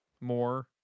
more